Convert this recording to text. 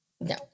No